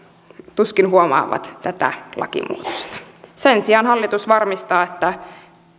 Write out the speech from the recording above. tuskin huomaavat tätä lakimuutosta sen sijaan hallitus varmistaa että